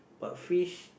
but fish